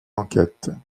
enquête